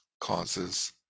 causes